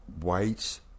whites